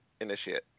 initiate